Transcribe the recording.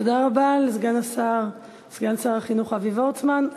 תודה רבה לסגן שר החינוך אבי וורצמן.